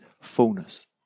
fullness